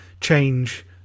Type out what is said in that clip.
change